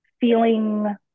feeling